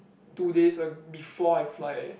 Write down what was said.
two days ag~ before I fly eh